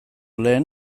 lehen